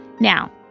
Now